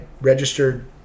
registered